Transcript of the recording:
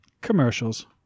commercials